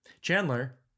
Chandler